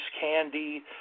Candy